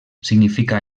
significa